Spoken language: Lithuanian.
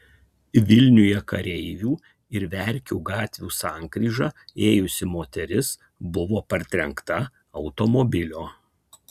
vilniuje kareivių ir verkių gatvių sankryža ėjusi moteris buvo partrenkta automobilio